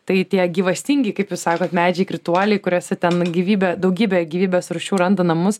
tai tie gyvastingi kaip jūs sakot medžiai krituoliai kuriuose ten gyvybė daugybė gyvybės rūšių randa namus